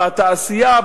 בתעשייה,